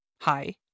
hi